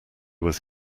was